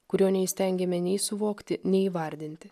kurio neįstengiame nei suvokti nei įvardinti